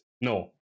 No